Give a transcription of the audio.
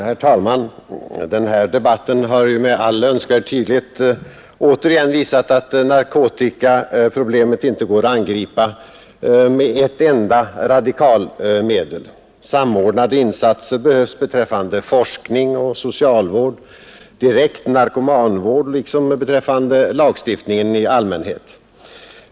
Herr talman! Den här debatten har med all önskvärd tydlighet återigen visat att narkotikaproblemet inte går att angripa med ett enda radikalmedel. Samordnade insatser behövs beträffande forskning, socialvård och direkt narkomanvård liksom beträffande lagstiftningen i allmänhet.